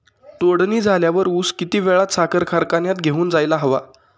तोडणी झाल्यावर ऊस किती वेळात साखर कारखान्यात घेऊन जायला हवा?